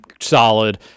solid